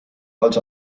als